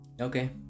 Okay